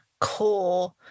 core